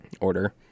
Order